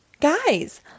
Guys